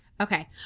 Okay